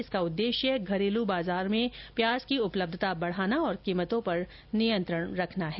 इसका उद्देश्य घरेलू बाजारों में प्याज की उपलब्धता बढाना और कीमतों पर नियंत्रण रखना है